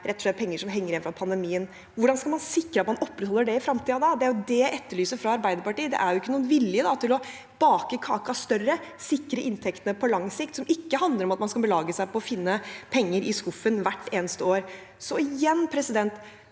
rett og slett er penger som henger igjen fra pandemien. Hvordan skal man sikre at man opprettholder det i fremtiden? Det er det jeg etterlyser fra Arbeiderpartiet. Det er ikke noen vilje til å bake kaken større, sikre inntektene på lang sikt – som ikke handler om at man skal belage seg på å finne penger i skuffen hvert eneste år. Igjen: Hva